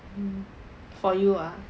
for you ah